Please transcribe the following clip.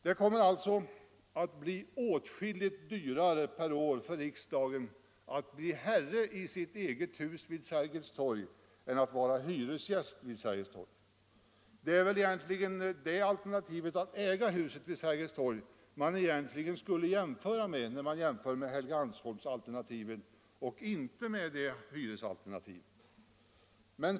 Det kommer också att bli åtskilligt dyrare per år för riksdagen att vara herre i eget hus vid Sergels torg än att vara hyresgäst vid Sergels torg. Det är väl egentligen alternativet att äga huset vid Sergels torg som skall jämföras med Helgeandsholmsalternativet, inte hyresalternativet.